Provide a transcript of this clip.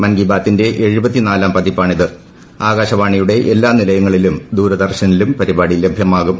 മൻ കി ബാത്തിന്റെ ആകാശവാണിയുടെ എല്ലാ നിലയങ്ങളിലും ദൂരദർശനിലും പരിപാടി ലഭ്യമാകും